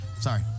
Sorry